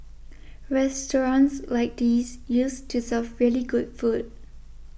restaurants like these used to serve really good food